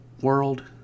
World